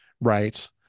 right